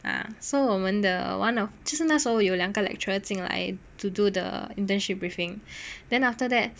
ah so 我们的 one of 就是那时候有两个 lecturer 进来 to do the internship briefing then after that